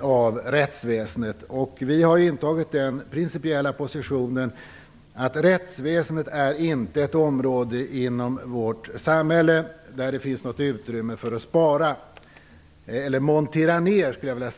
av rättsväsendet. Vi har intagit den principiella positionen att rättsväsendet inte är ett område inom vårt samhälle där det finns utrymme att spara eller montera ner.